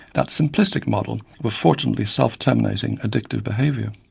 that simplistic model of a fortunately self-terminating addictive behaviour.